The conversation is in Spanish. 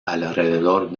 alrededor